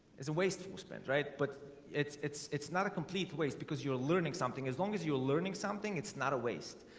it's a waste to spend right but it's it's it's not a complete waste because you're learning something as long as you're learning something it's not a waste,